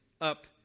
up